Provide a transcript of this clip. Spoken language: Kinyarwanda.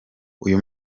uyu